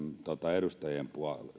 edustajien